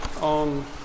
on